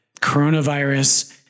coronavirus